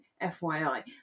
fyi